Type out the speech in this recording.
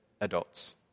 adults